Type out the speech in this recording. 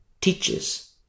teaches